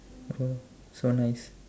oh so nice